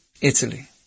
Italy